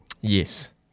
Yes